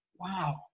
Wow